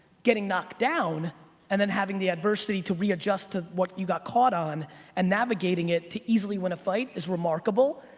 getting knocked down and then having the adversity to readjust to what you got caught on and navigating it to easily win a fight is remarkable.